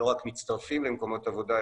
לא רק מצטרפים למקומות עבודה,